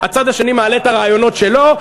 הצד שלי מעלה את הרעיונות שלו,